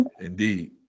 Indeed